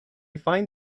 find